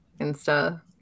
Insta